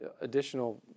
additional